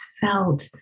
felt